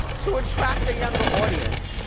to attract a younger audience.